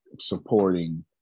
supporting